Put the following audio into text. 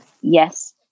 yes